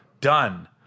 Done